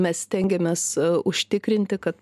mes stengiamės užtikrinti kad